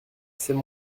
c’est